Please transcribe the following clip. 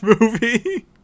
movie